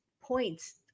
points